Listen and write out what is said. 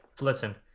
listen